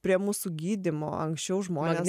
prie mūsų gydymo anksčiau žmonės